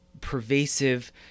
pervasive